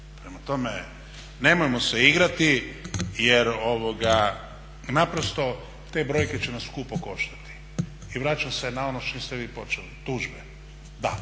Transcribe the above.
Prema tome, nemojmo se igrati jer naprosto te brojke će nas skupo koštati. I vraćam se na ono s čim ste vi počeli, tužbe, da.